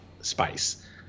spice